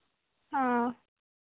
हाँ